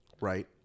right